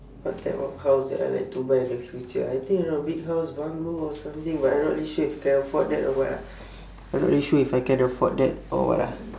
what type of house that I like to buy in the future I think around big house bungalow or something but I'm not really sure if I can afford that or what ah I'm not really sure if I can afford that or what ah